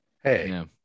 hey